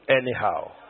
anyhow